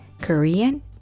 Korean